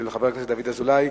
של חבר הכנסת דוד אזולאי,